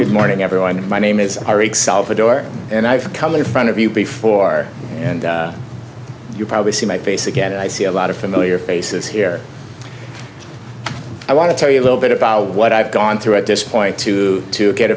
good morning everyone my name is our excel for door and i've come in front of you before and you probably see my face again and i see a lot of familiar faces here i want to tell you a little bit about what i've gone through at this point to to get